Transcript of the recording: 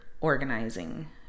organizing